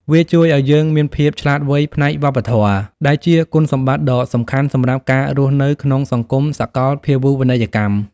វាជួយឱ្យយើងមានភាពឆ្លាតវៃផ្នែកវប្បធម៌ ដែលជាគុណសម្បត្តិដ៏សំខាន់សម្រាប់ការរស់នៅក្នុងសង្គមសកលភាវូបនីយកម្ម។